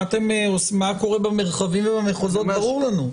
מה שקורה במרחבים ובמחוזות ברור לנו.